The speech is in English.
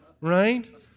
right